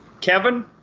Kevin